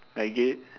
like it